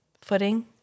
footing